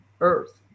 earth